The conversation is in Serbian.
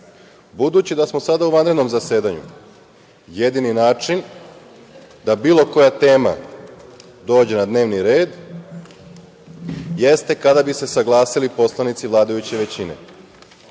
Srbije. Budući da smo sada u vanrednom zasedanju, jedini način da bilo koja tema dođe na dnevni red, jeste kada bi se saglasali poslanici vladajuće većine.